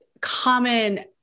common